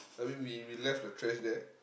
I mean we we left the trash there